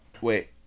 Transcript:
wait